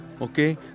okay